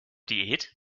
diät